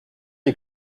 est